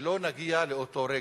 שלא נגיע לאותו רגע.